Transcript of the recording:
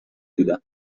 بودم